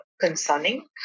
concerning